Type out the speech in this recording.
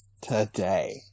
today